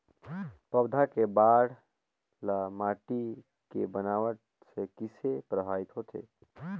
पौधा के बाढ़ ल माटी के बनावट से किसे प्रभावित होथे?